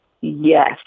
Yes